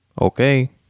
Okay